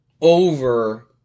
over